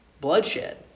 Bloodshed